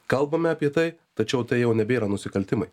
kalbame apie tai tačiau tai jau nebėra nusikaltimai